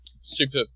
super